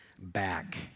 back